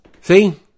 See